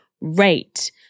rate